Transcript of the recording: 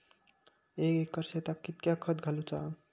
एक एकर शेताक कीतक्या खत घालूचा?